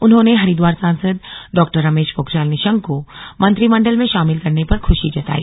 उन्होंने हरिद्वार सांसद डॉ रमेश पोखरियाल निशंक को मंत्रिमंडल में शामिल करने पर खुशी जताई